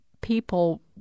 people